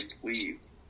please